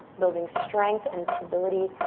building strength and stability